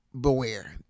beware